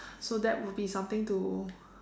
so that would be something to